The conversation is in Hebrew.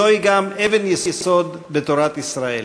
זוהי גם אבן יסוד בתורת ישראל,